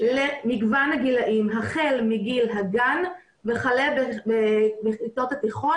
למגוון הגילאים, החל מגיל הגן וכלה בכיתות התיכון.